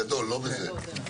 הגדול, לא בזה.